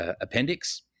appendix